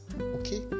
okay